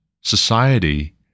society